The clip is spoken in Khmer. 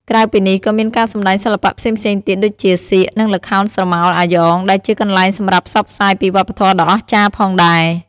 ក្រៅពីនេះ ក៏មានការសម្តែងសិល្បៈផ្សេងៗទៀតដូចជា សៀក និងល្ខោនស្រមោលអាយ៉ងដែលជាកន្លែងសម្រាប់ផ្សព្វផ្សាយពីវប្បធម័ដ៏អស្ចារ្យផងដែរ ។